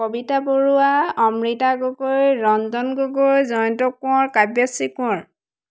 Kavita Baruah Amrita Gogoi Ranjan Gogoi Jayanta Konwar Kavyashree Konwar